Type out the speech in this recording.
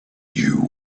you